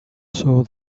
saw